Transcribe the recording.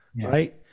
right